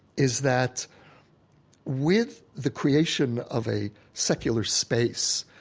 is that with the creation of a secular space,